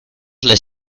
les